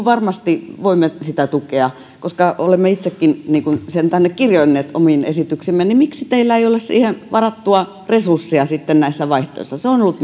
varmasti voimme sitä tukea koska olemme itsekin sen kirjanneet omiin esityksiimme niin miksi teillä ei ole siihen varattua resurssia sitten näissä vaihtoehdoissa se on ollut